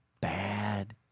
bad